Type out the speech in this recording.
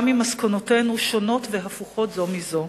גם אם מסקנותינו שונות והפוכות זו מזו.